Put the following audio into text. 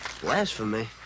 Blasphemy